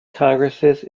congresses